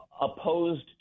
opposed